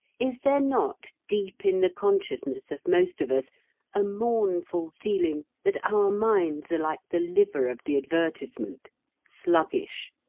is there not deep in the consciousness of most of us a mournful feeling that our minds are like the liver of the advertisement sluggish,